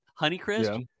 Honeycrisp